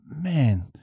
man